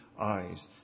eyes